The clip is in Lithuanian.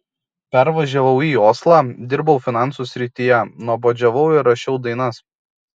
pervažiavau į oslą dirbau finansų srityje nuobodžiavau ir rašiau dainas